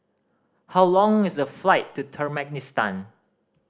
how long is the flight to Turkmenistan